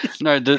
No